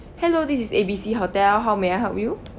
hello this is A B C hotel how may I help you